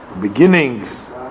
beginnings